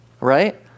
right